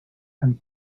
and